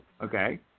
Okay